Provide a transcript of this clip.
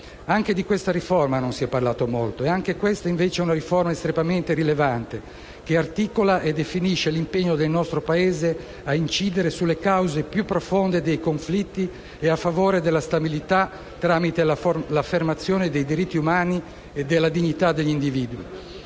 Anche di quella riforma non si è parlato molto e anche questa, invece, è un riforma estremamente rilevante, che articola e definisce l'impegno del nostro Paese a incidere sulle cause più profonde dei conflitti e a favore della stabilità tramite l'affermazione dei diritti umani e della dignità degli individui.